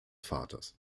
vaters